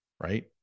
right